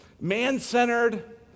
Man-centered